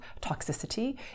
toxicity